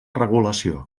regulació